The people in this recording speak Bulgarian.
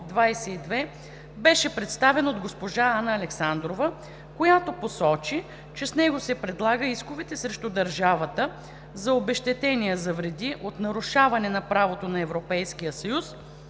която посочи, че с него се предлага исковете срещу държавата за обезщетения за вреди от нарушаване на правото на Европейския съюз